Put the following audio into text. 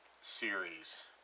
series